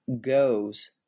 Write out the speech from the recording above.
goes